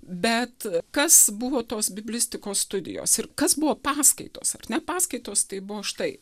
bet kas buvo tos biblistikos studijos ir kas buvo paskaitos ar ne paskaitos tai buvo štai